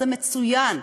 זה מצוין.